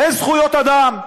אין זכויות אדם,